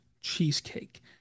Cheesecake